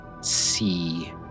see